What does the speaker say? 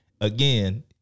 again